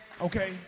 Okay